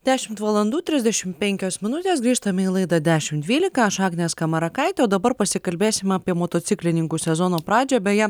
dešimt valandų trisdešim penkios minutės grįžtame į laidą dešimt dvylika aš agnė skamarakaitė o dabar pasikalbėsim apie motociklininkų sezono pradžią beje